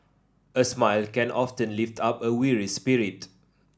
a smile can often lift up a weary spirit